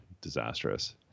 disastrous